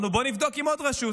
אמרנו: בואו נבדוק עם עוד רשות.